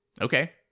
Okay